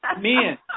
Men